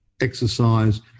exercise